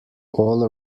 all